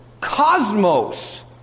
cosmos